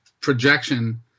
projection